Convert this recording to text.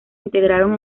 integraron